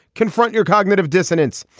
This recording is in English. confront your cognitive dissonance.